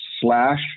slash